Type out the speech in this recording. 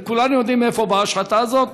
וכולנו יודעים מאיפה באה ההשחתה הזאת,